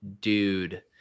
dude